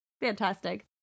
Fantastic